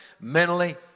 mentally